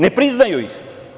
Ne priznaju ih.